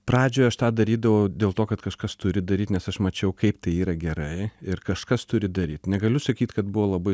pradžioj aš tą darydavau dėl to kad kažkas turi daryt nes aš mačiau kaip tai yra gerai ir kažkas turi daryt negaliu sakyt kad buvo labai